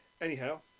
Anyhow